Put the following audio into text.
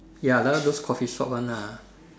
ya like all those Coffee shop one lah